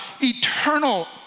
eternal